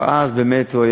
זה היה